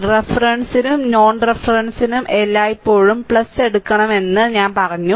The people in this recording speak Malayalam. റഫറൻസിനും നോൺ റഫറൻസിനും എല്ലായ്പ്പോഴും എടുക്കണമെന്ന് ഞാൻ പറഞ്ഞു